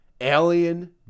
alien